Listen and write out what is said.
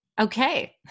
Okay